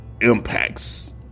impacts